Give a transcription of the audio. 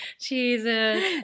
Jesus